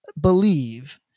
believe